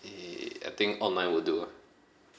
eh I think online would do ah